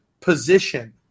position